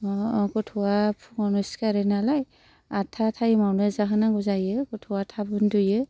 माबा गथ'आ फुंआवनो सिखारो नालाय आटथा टाइमआवनो जाहोनांगौ जायो गथ'आ थाब उन्दुयो